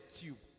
tube